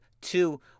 two